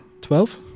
Twelve